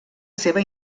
seva